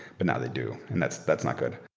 but now they do, and that's that's not good.